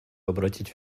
обратить